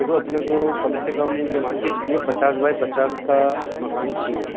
देखो अपने को कम से कम ये मान के चलिए पचास बाई पचास का मकान चाहिए